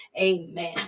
Amen